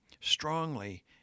strongly